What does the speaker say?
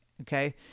Okay